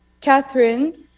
Catherine